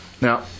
Now